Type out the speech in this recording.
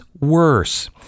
worse